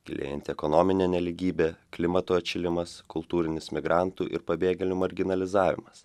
gilėjanti ekonominė nelygybė klimato atšilimas kultūrinis migrantų ir pabėgėlių marginalizavimas